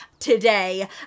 today